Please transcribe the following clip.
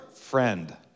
friend